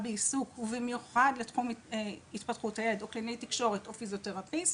בעיסוק ובמיוחד בתחום התפתחות הילד או קלינאית תקשורת או פיזיותרפיסט.